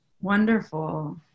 Wonderful